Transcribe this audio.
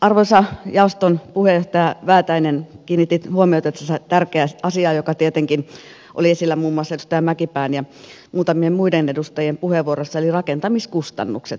arvoisa jaoston puheenjohtaja väätäinen kiinnitit huomiota tässä tärkeään asiaan joka tietenkin oli esillä muun muassa edustaja mäkipään ja muutamien muiden edustajien puheenvuoroissa eli rakentamiskustannukset